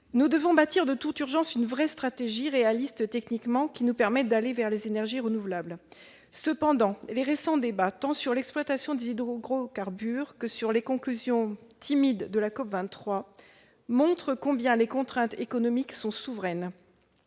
Nous devons bâtir de toute urgence une vraie stratégie, réaliste techniquement, qui nous permette d'aller vers les énergies renouvelables. Cependant, les récents débats sur l'exploitation des hydrocarbures et les conclusions timides de la COP23 montrent combien les contraintes économiques sont souveraines.